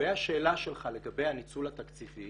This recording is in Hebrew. לגבי השאלה שלך לגבי הניצול התקציבי